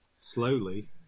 Slowly